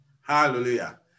Hallelujah